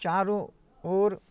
चारो ओर